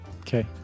Okay